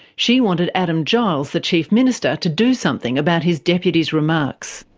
she wanted adam giles, the chief minister, to do something about his deputy's remarks.